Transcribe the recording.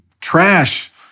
trash